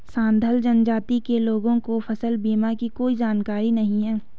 संथाल जनजाति के लोगों को फसल बीमा की कोई जानकारी नहीं है